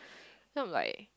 then I'm like